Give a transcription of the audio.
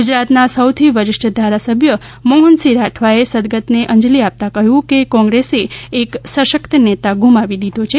ગુજરાતના સૌથી વરીષ્ઠા ધારાસભ્ય મોહનસિંહ રાઠવાએ સદગત ને અંજલિ આપતા કહ્યું છે કે કોંગ્રેસએ એક સશક્ત નેતા ગુમાવી દીધો છે